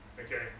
Okay